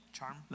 Charm